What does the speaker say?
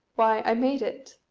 why, i made it.